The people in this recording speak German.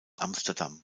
amsterdam